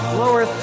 lower